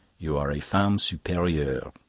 you are a femme superieure.